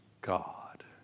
God